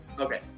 Okay